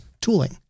tooling